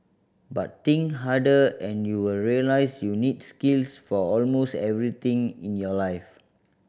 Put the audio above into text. but think harder and you will realise you need skills for almost everything in your life